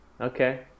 okay